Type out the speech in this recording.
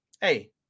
Hey